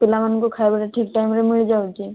ପିଲାମାନଙ୍କୁ ଖାଇବା ଠିକ ଟାଇମ ରେ ମିଳିଯାଉଛି